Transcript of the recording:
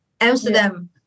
Amsterdam